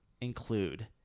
include